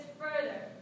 further